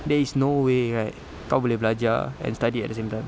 there is no way right kau boleh belajar and study at the same time